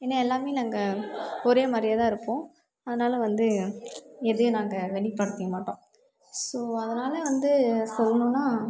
ஏன்னால் எல்லாமே நாங்கள் ஒரேமாதிரியாதான் இருப்போம் அதனால வந்து எதையும் நாங்கள் வெளிப்படுத்திக்க மாட்டோம் ஸோ அதனால் வந்து சொல்லணுனா